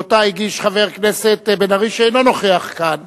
שאותה הגיש חבר הכנסת בן-ארי, שאינו נוכח כאן.